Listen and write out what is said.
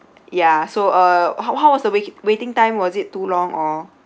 ya so uh how how was the wait~ waiting time was it too long or